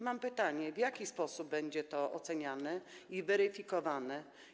Mam pytanie: W jaki sposób będzie to oceniane i weryfikowane?